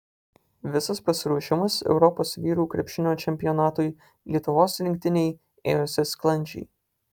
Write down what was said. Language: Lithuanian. visas pasiruošimas europos vyrų krepšinio čempionatui lietuvos rinktinei ėjosi sklandžiai